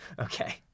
Okay